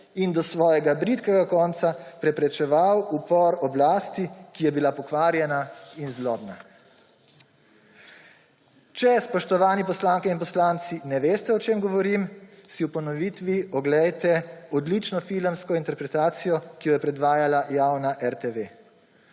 in do svojega bridkega konca preprečeval upor oblasti, ki je bila pokvarjena in zlobna. Če, spoštovani poslanke in poslanci, ne veste, o čem govorim, si v ponovitvi oglejte odlično filmsko interpretacijo, ki jo je predvajala javna RTV.